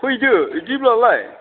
फैदो इदिब्लालाय